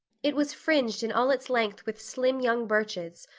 it was fringed in all its length with slim young birches,